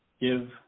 give